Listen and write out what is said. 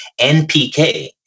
NPK